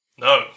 no